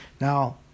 Now